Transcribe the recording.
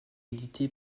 édité